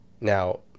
Now